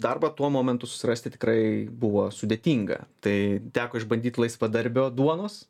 darbą tuo momentu susirasti tikrai buvo sudėtinga tai teko išbandyt laisvadarbio duonos